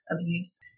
abuse